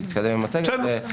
להתקדם עם המצגת,